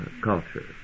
culture